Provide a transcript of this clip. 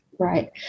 Right